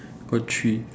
got three